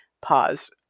Pause